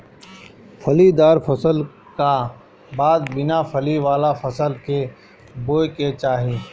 फलीदार फसल का बाद बिना फली वाला फसल के बोए के चाही